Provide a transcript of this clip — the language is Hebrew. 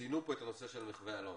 הנושא של מחו"ה אלון.